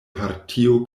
partio